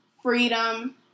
freedom